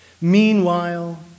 Meanwhile